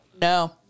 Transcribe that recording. No